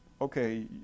okay